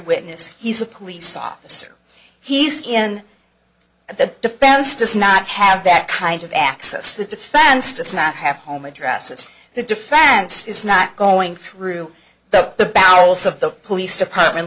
witness he's a police officer he's in and the defense does not have that kind of access to the defense to snap have home addresses the defense is not going through the the bowels of the police department